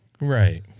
Right